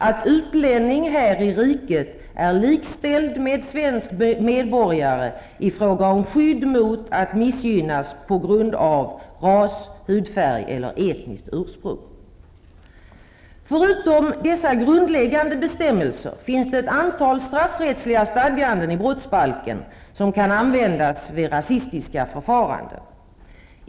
att utlänning här i riket är likställd med svensk medborgare i fråga om skydd mot att missgynnas på grund av ras, hudfärg eller etniskt ursprung. Förutom dessa grundläggande bestämmelser finns det ett antal straffrättsliga stadganden i brottsbalken som kan användas vid rasistiska förfaranden.